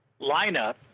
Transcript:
lineup